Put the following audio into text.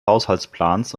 haushaltsplans